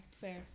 fair